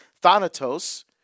thanatos